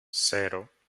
cero